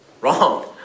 Wrong